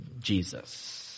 Jesus